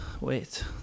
wait